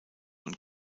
und